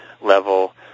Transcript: level